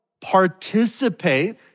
Participate